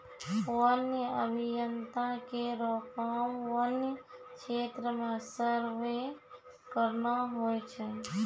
वन्य अभियंता केरो काम वन्य क्षेत्र म सर्वे करना होय छै